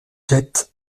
jette